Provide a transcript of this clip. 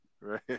right